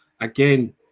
again